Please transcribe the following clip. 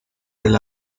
del